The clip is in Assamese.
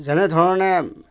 যেনেধৰণে